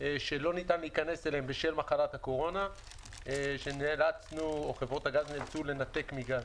שלא ניתן להיכנס אליהם בשל מחלת הקורונה וחברות הגז נאלצו לנתק מגז.